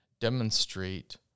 demonstrate